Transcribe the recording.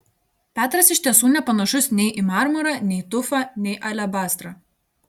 petras iš tiesų nepanašus nei į marmurą nei tufą nei alebastrą